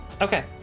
Okay